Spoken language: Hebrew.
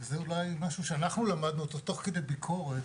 זה אולי משהו שאנחנו למדנו תוך כדי ביקורת,